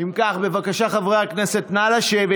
אם כך, בבקשה, חברי הכנסת, נא לשבת.